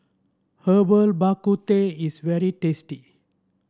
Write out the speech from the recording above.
Herbal Bak Ku Teh is very tasty